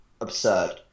absurd